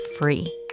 free